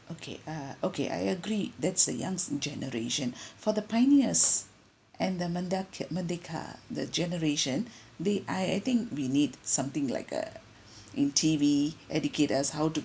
okay uh okay I agree that's the young's generation for the pioneers and the merdak~ merdeka the generation they I I think we need something like uh in T_V educate us how to